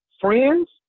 Friends